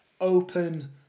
open